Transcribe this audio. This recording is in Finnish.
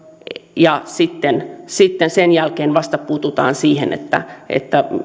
ja sitten sitten sen jälkeen vasta puututaan siihen että että